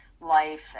life